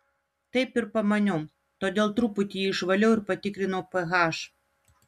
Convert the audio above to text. taip ir pamaniau todėl truputį jį išvaliau ir patikrinau ph